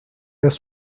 were